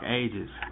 ages